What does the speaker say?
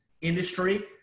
industry